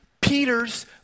Peter's